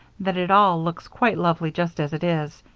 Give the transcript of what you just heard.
that it all looks quite lovely just as it is.